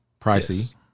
pricey